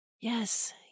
Yes